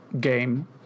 game